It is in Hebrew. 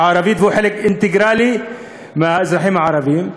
והוא חלק אינטגרלי מהאזרחים הערבים.